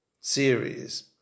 series